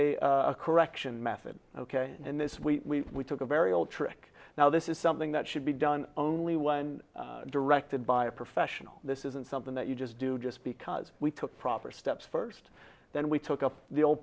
a correction method in this we took a very old trick now this is something that should be done only when directed by a professional this isn't something that you just do just because we took proper steps first then we took up the old